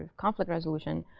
conflict resolution,